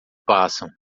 passam